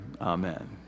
Amen